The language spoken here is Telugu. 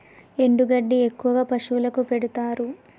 ఎండు గడ్డి ఎక్కువగా పశువులకు పెడుతారు